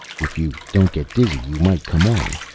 if you don't get dizzy, you might come on,